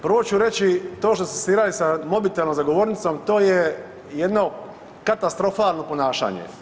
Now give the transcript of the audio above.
Prvo ću reći to što ste se igrali sa mobitelom za govornicom to je jedno katastrofalno ponašanje.